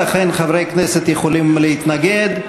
לכן חברי כנסת יכולים להתנגד.